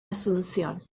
asunción